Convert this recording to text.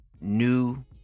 new